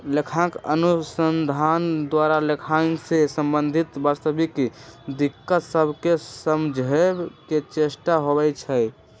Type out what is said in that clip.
लेखांकन अनुसंधान द्वारा लेखांकन से संबंधित वास्तविक दिक्कत सभके समझाबे के चेष्टा होइ छइ